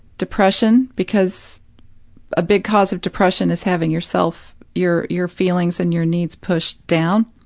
depression? because a big cause of depression is having yourself your your feelings and your needs pushed down